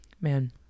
man